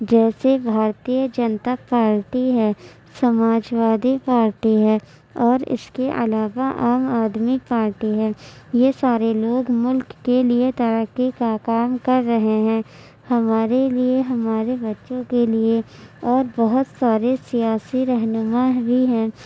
جیسے بھارتیہ جنتا پارٹی ہے Samajwadi party ہے اور اس کے علاوہ عام آدمی پارٹی ہے یہ سارے لوگ ملک کے لیے ترقی کا کام کر رہے ہیں ہمارے لیے ہمارے بچوں کے لیے اور بہت سارے سیاسی رہنما بھی ہیں